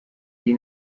die